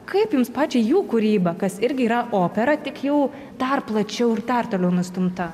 kaip jums pačiai jų kūryba kas irgi yra opera tik jau dar plačiau ir dar toliau nustumta